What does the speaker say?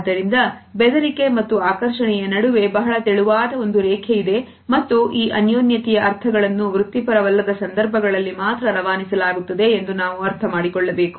ಆದ್ದರಿಂದ ಬೆದರಿಕೆ ಮತ್ತು ಆಕರ್ಷಣೆಯ ನಡುವೆ ಬಹಳ ತೆಳುವಾದ ಒಂದು ರೇಖೆಯಿದೆ ಮತ್ತು ಈ ಅನ್ಯೋನ್ಯತೆಯ ಅರ್ಥಗಳನ್ನು ವೃತ್ತಿಪರವಲ್ಲದ ಸಂದರ್ಭಗಳಲ್ಲಿ ಮಾತ್ರ ರವಾನಿಸಲಾಗುತ್ತದೆ ಎಂದು ನಾವು ಅರ್ಥ ಮಾಡಿಕೊಳ್ಳಬೇಕು